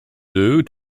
due